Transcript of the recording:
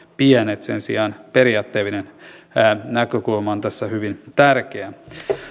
pienet mutta sen sijaan periaatteellinen näkökulma on tässä hyvin tärkeä